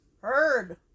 Heard